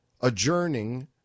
adjourning